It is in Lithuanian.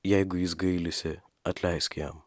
jeigu jis gailisi atleisk jam